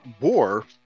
war